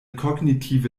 kognitive